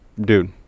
dude